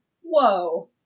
Whoa